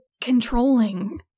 controlling